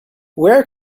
where